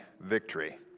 victory